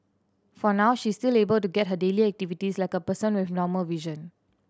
for now she is still able to get her daily activities like a person with normal vision